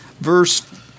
verse